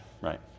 right